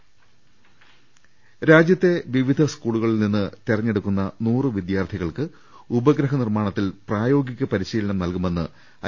രദേഷ്ടെടു രാജ്യത്തെ വിവിധ സ്കൂളുകളിൽ നിന്ന് തെരഞ്ഞെടുക്കുന്ന നൂറ് വിദ്യാർത്ഥികൾക്ക് ഉപഗ്രഹ നിർമ്മാണത്തിൽ പ്രായോഗിക പരിശീലനം നൽകുമെന്ന് ഐ